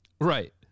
Right